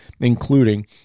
including